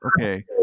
Okay